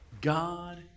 God